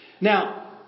Now